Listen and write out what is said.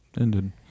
ended